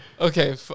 okay